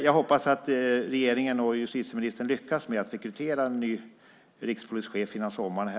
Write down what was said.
Jag hoppas att regeringen och justitieministern lyckas rekrytera en ny rikspolischef före sommaren.